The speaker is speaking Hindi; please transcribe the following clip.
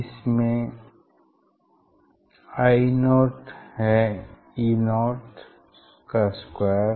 इसमें I0 है E0 का स्क्वायर